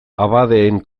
abadeen